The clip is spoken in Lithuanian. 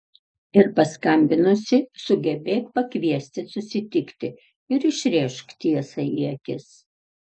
ir paskambinusi sugebėk pakviesti susitikti ir išrėžk tiesą į akis